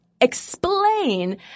explain